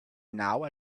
now